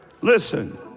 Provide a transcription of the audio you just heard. Listen